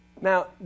Now